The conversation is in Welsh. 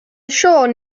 siôn